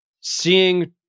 seeing